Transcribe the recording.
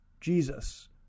Jesus